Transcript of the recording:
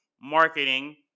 marketing